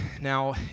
Now